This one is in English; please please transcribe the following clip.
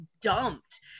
dumped